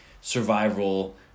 survival